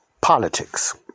politics